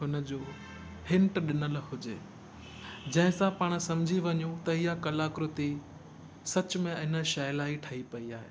हुनजो हिंट ॾिनल हुजे जंहिंसां पाण समिझी वञू त ईहा कलाकृति सचु में इन शइ लाइ ई ठही पई आहे